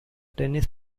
tennis